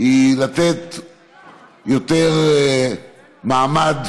לתת להורים יותר מעמד